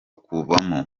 kuvamo